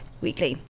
Weekly